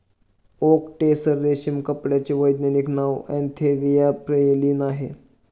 okay tasar रेशीम किड्याचे वैज्ञानिक नाव अँथेरिया प्रियलीन आहे